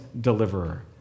deliverer